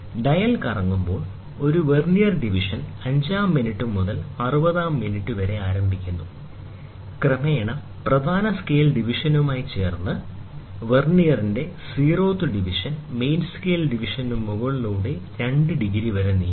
dial കറങ്ങുമ്പോൾ ഒരു vernier division അഞ്ചാം മിനിറ്റ് മുതൽ 60 ആം മിനിറ്റ് വരെ ആരംഭിക്കുന്നു ക്രമേണ പ്രധാന സ്കെയിൽ ഡിവിഷനുമായി ചേർന്ന് വെർനിയറിന്റെ സീറോത്ത് ഡിവിഷൻ മെയിൻ സ്കെയിൽ ഡിവിഷന് മുകളിലൂടെ 2 ഡിഗ്രി വരെ നീങ്ങുന്നു